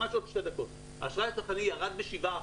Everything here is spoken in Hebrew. האשראי הצרכני ירד ב-7%.